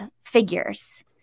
figures